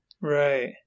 Right